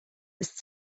ist